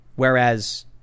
Whereas